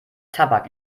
tabak